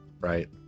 Right